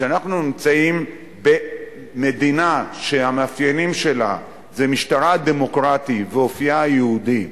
שאנחנו נמצאים במדינה שהמאפיינים שלה זה משטרה הדמוקרטי ואופיה היהודי,